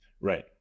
Right